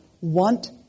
want